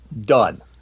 done